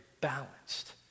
balanced